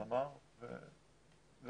סגן ניצב תמר ליברטי ואנכי,